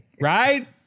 Right